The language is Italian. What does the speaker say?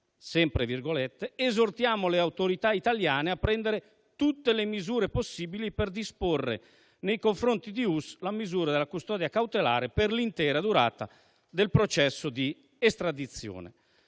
quanto virgolettato: «esortiamo le autorità italiane a prendere tutte le misure possibili per disporre, nei confronti di Uss, la misura della custodia cautelare per l'intera durata del processo di estradizione».